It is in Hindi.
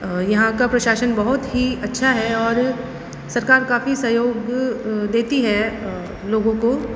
यहाँ का प्रशासन बहुत ही अच्छा है और सरकार काफ़ी सहयोग देती है लोगों को